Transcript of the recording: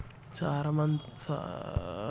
సారవంతమైన భూమి నీ సేయడానికి రైతుగా ఏమి చెయల్ల?